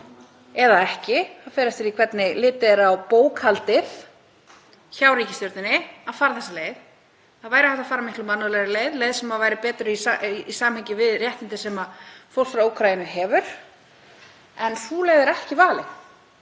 eða ekki, það fer eftir því hvernig litið er á bókhaldið hjá ríkisstjórninni, að fara þessa leið. Það væri hægt að fara miklu mannúðlegri leið, leið sem væri betur í samhengi við réttindi sem fólk frá Úkraínu hefur. En sú leið er ekki valin